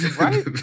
Right